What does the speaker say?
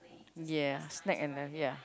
yeah snack and then ya